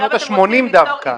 בשנות ה-80 דווקא,